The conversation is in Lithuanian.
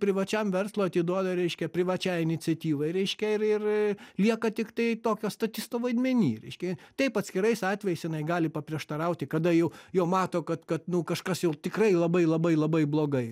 privačiam verslui atiduoda reiškia privačiai iniciatyvai reiškia ir ir lieka tiktai tokio statisto vaidmeny reiškia taip atskirais atvejais jinai gali paprieštarauti kada jau jau mato kad kad kažkas jau tikrai labai labai labai blogai